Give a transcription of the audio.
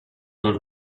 dal